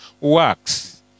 works